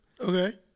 Okay